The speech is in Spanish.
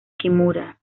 kimura